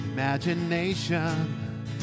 Imagination